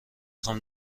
خوام